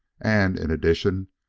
and, in addition,